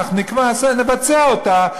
נבצע אותה,